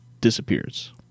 disappears